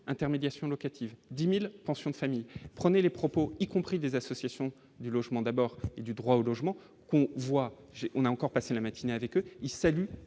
intermédiation locative 10000 pensions de famille, prenez les propos, y compris des associations de logements, d'abord du droit au logement qu'on voit, on a encore passé la matinée avec eux, il salue